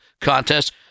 Contest